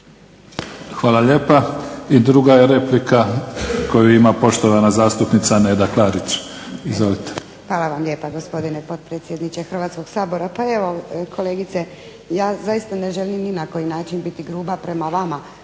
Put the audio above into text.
Hvala lijepa. I druga je replika koju ima poštovana zastupnica Neda Klarić izvolite. **Klarić, Nedjeljka (HDZ)** Hvala vam lijepa gospodine potpredsjedniče Hrvatskoga sabora. Pa evo kolegice ja zaista ne želim ni na koji način biti gruba prema vama